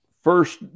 first